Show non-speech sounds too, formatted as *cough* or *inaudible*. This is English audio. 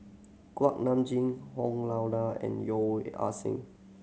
Kuak Nam Jin *unintelligible* Lao Da and Yeo *unintelligible* Ah Seng